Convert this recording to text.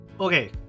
okay